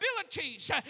abilities